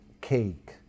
cake